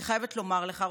אני חייבת לומר לך,